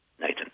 Nathan